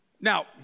Now